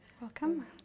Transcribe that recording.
Welcome